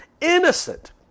innocent